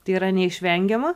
tai yra neišvengiama